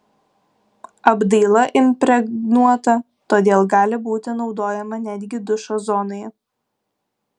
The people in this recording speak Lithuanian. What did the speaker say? apdaila impregnuota todėl gali būti naudojama netgi dušo zonoje